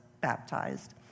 baptized